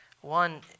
one